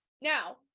Now